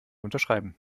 unterschreiben